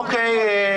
אוקיי.